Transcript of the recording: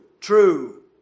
true